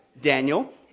Daniel